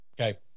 Okay